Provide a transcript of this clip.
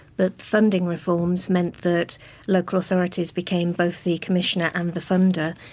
but funding reforms meant that local authorities became both the commissioner and the funder.